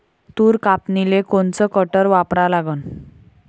तूर कापनीले कोनचं कटर वापरा लागन?